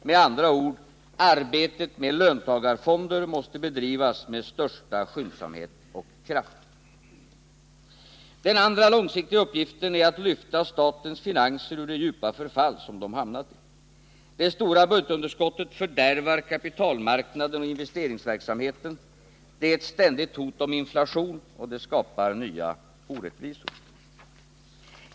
Med andra ord — arbetet med löntagarfonder måste bedrivas med största skyndsamhet och kraft. Den andra långsiktiga uppgiften är att lyfta statens finanser ur det djupa förfall som de hamnat i. Det stora budgetunderskottet fördärvar kapitalmarknaden och investeringsverksamheten, det är ett ständigt hot om inflation och det skapar nya orättvisor.